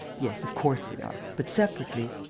yes, of course we are, but separately.